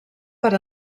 per